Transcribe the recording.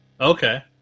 Okay